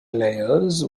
layers